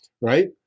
right